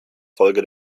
folge